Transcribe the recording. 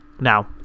Now